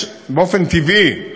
באופן טבעי,